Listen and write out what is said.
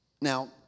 Now